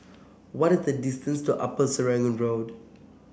what is the distance to Upper Serangoon Road